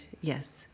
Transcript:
Yes